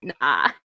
Nah